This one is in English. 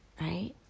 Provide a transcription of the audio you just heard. right